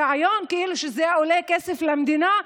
הרעיון כאילו שזה עולה כסף למדינה,